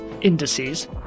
indices